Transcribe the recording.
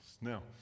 now